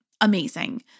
amazing